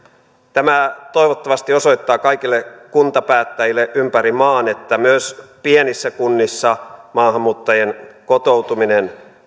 tämä toivottavasti osoittaa kaikille kuntapäättäjille ympäri maan että myös pienissä kunnissa maahanmuuttajien kotoutuminen